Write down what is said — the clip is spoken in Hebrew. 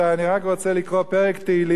אני רק רוצה לקרוא פרק תהילים,